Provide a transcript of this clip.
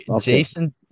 Jason